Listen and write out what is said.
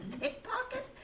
pickpocket